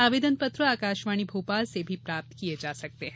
आवेदन पत्र आकाशवाणी भोपाल से भी प्राप्त किये जा सकते हैं